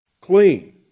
clean